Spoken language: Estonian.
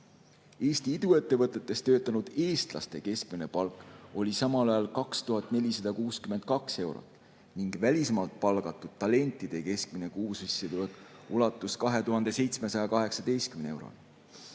Eesti iduettevõtetes töötanud eestlaste keskmine palk oli samal ajal 2462 eurot ning välismaalt palgatud talentide keskmine kuusissetulek ulatus 2718 euroni.